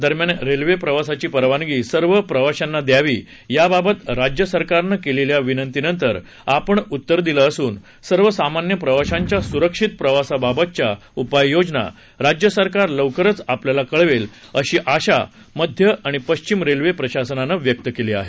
दरम्यान रेल्वे प्रवासाची परवानगी सर्व प्रवाशांना द्यावी याबाबत राज्यसरकारनं केलेल्या विनंतीवर आपण उत्तर दिलं असून सर्वसामान्य प्रवाशांच्या सुरक्षित प्रवासाबाबतच्या उपाययोजना राज्यसरकार लवकरच आपल्याला कळवेल अशी आशा मध्य आणि पश्चिम रेल्वे प्रशासनानं व्यक्त केली आहे